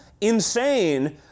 insane